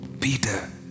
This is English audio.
Peter